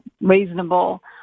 reasonable